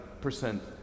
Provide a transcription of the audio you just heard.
percent